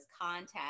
contact